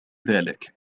ذلك